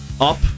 up